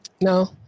No